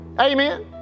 Amen